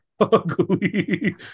ugly